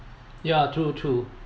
ya true true